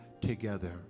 together